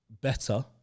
better